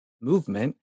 movement